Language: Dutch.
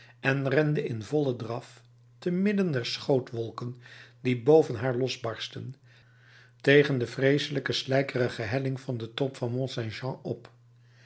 en rende in vollen draf te midden der schrootwolken die boven haar losbarstten tegen de vreeselijke slijkerige helling van den top van mont saint jean op